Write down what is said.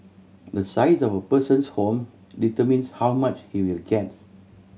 the size of a person's home determines how much he will get